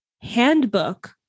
handbook